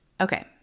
Okay